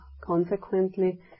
consequently